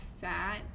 fat